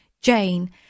Jane